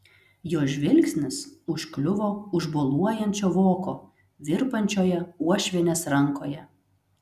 jo žvilgsnis užkliuvo už boluojančio voko virpančioje uošvienės rankoje